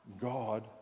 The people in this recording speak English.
God